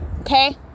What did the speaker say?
okay